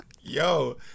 Yo